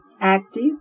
Active